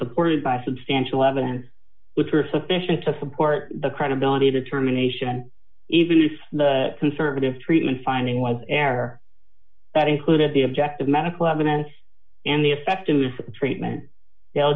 supported by substantial evidence which were sufficient to support the credibility determination even use the conservative treatment finding was an error that included the objective medical evidence and the effectiveness of treatment